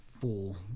full